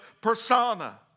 persona